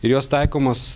ir jos taikomos